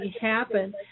happen